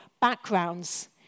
backgrounds